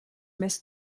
més